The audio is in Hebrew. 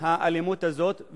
האלימות הזאת,